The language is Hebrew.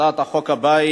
הצעת החוק הבאה